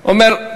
ואומר: